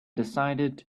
decided